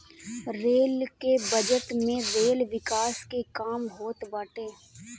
rail के budget में rail विकास के काम होत बाटे